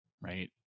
right